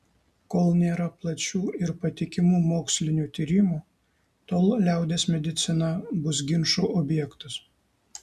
kol nėra plačių ir patikimų mokslinių tyrimų tol liaudies medicina bus ginčų objektas